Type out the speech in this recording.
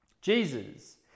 Jesus